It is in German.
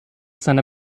seiner